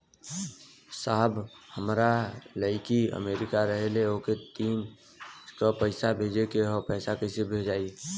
साहब हमार लईकी अमेरिका रहेले ओके तीज क पैसा भेजे के ह पैसा कईसे जाई?